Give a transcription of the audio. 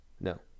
No